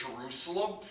Jerusalem